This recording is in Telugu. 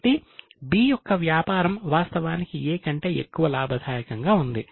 కాబట్టి B యొక్క వ్యాపారం వాస్తవానికి A కంటే ఎక్కువ లాభదాయకంగా ఉంది